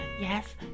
yes